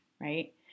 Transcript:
right